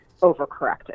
overcorrected